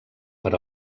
per